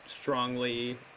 strongly